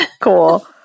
Cool